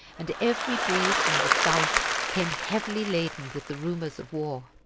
and every breeze from the south came heavily laden with the rumors of war.